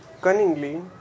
cunningly